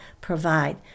provide